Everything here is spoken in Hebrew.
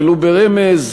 ולו ברמז,